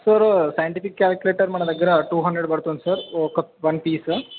sir scientific calculator మన దగ్గర two hundred పడుతుంది సార్ ఒక వన్ పీస్